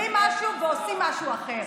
אתם אומרים משהו ואתם עושים משהו אחר.